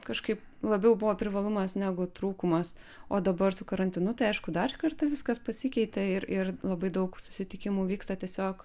kažkaip labiau buvo privalumas negu trūkumas o dabar su karantinu tai aišku dar kartą viskas pasikeitė ir ir labai daug susitikimų vyksta tiesiog